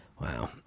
Wow